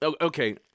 Okay